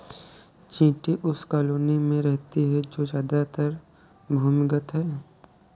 चींटी उस कॉलोनी में रहती है जो ज्यादातर भूमिगत है